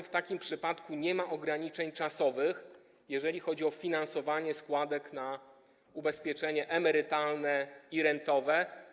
W takim przypadku nie ma ograniczeń czasowych, jeżeli chodzi o finansowanie składek na ubezpieczanie emerytalne i rentowe.